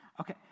Okay